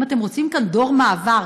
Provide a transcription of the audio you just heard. אם אתם רוצים כאן דור מעבר,